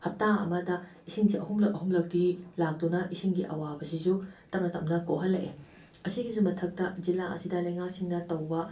ꯍꯞꯇꯥ ꯑꯃꯗ ꯏꯁꯤꯡꯁꯦ ꯑꯍꯨꯝꯂꯛ ꯑꯍꯨꯝꯂꯛꯇꯤ ꯂꯥꯛꯇꯨꯅ ꯏꯁꯤꯡꯒꯤ ꯑꯋꯥꯕꯁꯤꯁꯨ ꯇꯞꯅ ꯇꯞꯅ ꯀꯣꯛꯍꯜꯂꯛꯑꯦ ꯑꯁꯤꯒꯤꯁꯨ ꯃꯊꯛꯇ ꯖꯤꯂꯥ ꯑꯁꯤꯗ ꯂꯩꯉꯥꯛꯁꯤꯡꯅ ꯇꯧꯕ